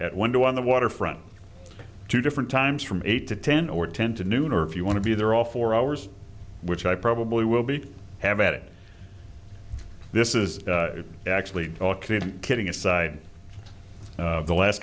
two on the waterfront two different times from eight to ten or ten to noon or if you want to be there all four hours which i probably will be have at it this is actually kidding aside the last